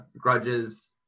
grudges